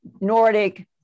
Nordic